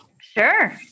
Sure